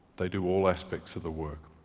they do all aspects of the work.